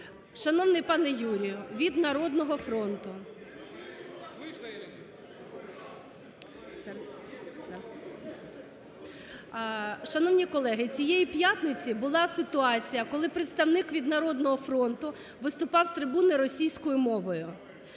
шановний пане Юрію від "Народного фронту"! (Шум у залі) Шановні колеги, цієї п'ятниці була ситуація, коли представник від "Народного фронту" виступав з трибуни російською мовою.